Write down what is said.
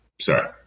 sorry